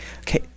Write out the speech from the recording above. Okay